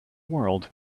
world